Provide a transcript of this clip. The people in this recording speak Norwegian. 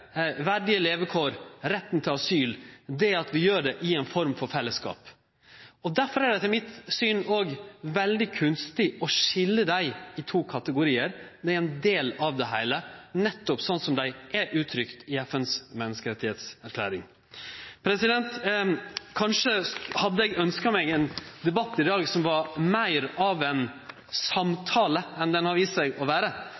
verdige levekår og retten til asyl, er at vi gjer det i ei form for fellesskap. Derfor er det etter mitt syn òg veldig kunstig å skilje dei i to kategoriar. Dei er ein del av det heile, nettopp sånn som dei er uttrykt i menneskerettserklæringa til FN. Kanskje hadde eg ønskt ein debatt i dag som var meir av ein samtale enn han har vist seg å vere.